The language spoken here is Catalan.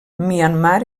myanmar